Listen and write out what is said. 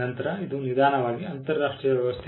ನಂತರ ಇದು ನಿಧಾನವಾಗಿ ಅಂತಾರಾಷ್ಟ್ರೀಯ ವ್ಯವಸ್ಥೆಯಾಗಿದೆ